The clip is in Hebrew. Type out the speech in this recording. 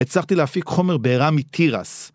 הצלחתי להפיק חומר בעירה מתירס.